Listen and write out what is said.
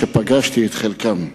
שאת חלקם פגשתי.